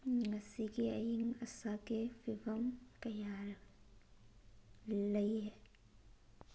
ꯉꯁꯤꯒꯤ ꯑꯌꯤꯡ ꯑꯁꯥꯒꯤ ꯐꯤꯕꯝ ꯀꯌꯥ ꯂꯩꯌꯦ